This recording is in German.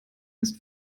ist